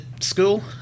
school